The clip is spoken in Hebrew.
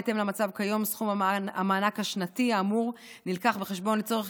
בהתאם למצב כיום סכום המענק השנתי האמור נלקח בחשבון לצורך